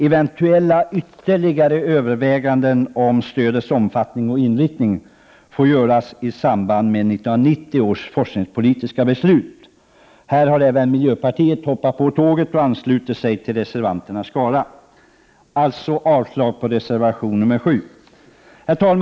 Eventuella ytterligare överväganden om stödets omfattning och inriktning får göras i samband med 1990 års forskningspolitiska beslut. Här har även miljöpartiet hoppat på tåget och anslutit sig till reservanternas skara. Jag yrkar avslag på reservation nr 7. Herr talman!